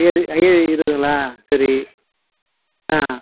ஐயேழு ஐயேழு இருபதுங்களா சரி ஆ